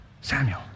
Samuel